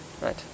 right